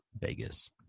Vegas